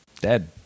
Dead